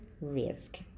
risk